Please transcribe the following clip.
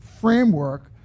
framework